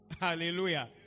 Hallelujah